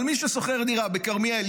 אבל מי ששוכר דירה בכרמיאל,